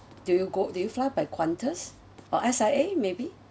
do you go do you fly by Qantas or S_I_A maybe